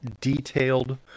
detailed